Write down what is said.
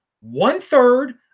One-third